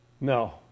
No